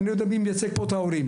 לעניות דעתי אני מייצג פה את ההורים.